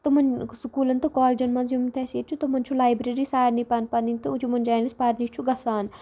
تِمن سُکوٗلَن تہٕ کالجن منٛز یِم تہِ اَسہِ ییٚتہِ چھُ تِمَن چھُ لایبرٔری سارنٕے پن پنٕنۍ تہٕ یِمن جاین أسۍ پَرنہِ چھُ گژھان